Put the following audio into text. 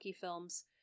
films